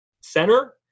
center